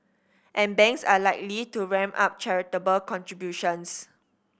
and banks are likely to ramp up charitable contributions